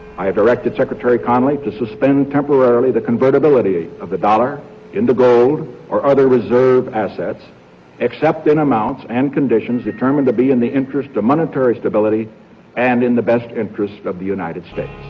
i have directed secretary connally to suspend temporarily the convertibility of the dollar into gold or other reserve assets except in amounts and conditions determined to be in the interest of monetary stability and in the best interests of the united states.